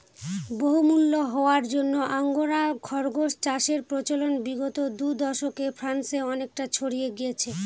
বহুমূল্য হওয়ার জন্য আঙ্গোরা খরগোস চাষের প্রচলন বিগত দু দশকে ফ্রান্সে অনেকটা ছড়িয়ে গিয়েছে